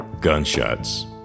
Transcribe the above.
Gunshots